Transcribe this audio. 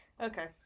Okay